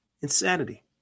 Insanity